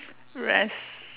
rest